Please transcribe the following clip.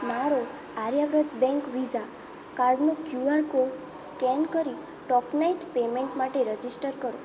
મારો Aryavart bank visa કાર્ડનો Q R code scan કરી ટોકનાઈઝ્ડ પેમેંટસ માટે રજિસ્ટર કરો